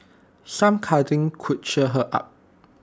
some cuddling could cheer her up